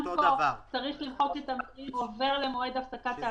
גם פה צריך למחוק את המילים " עובר למועד הפסקת העסקתו".